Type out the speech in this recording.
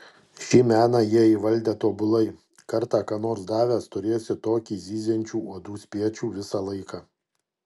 šį meną jie įvaldę tobulai kartą ką nors davęs turėsi tokį zyziančių uodų spiečių visą laiką